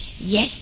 Yes